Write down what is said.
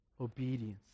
obedience